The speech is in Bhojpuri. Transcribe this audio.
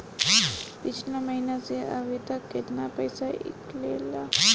पिछला महीना से अभीतक केतना पैसा ईकलले बानी?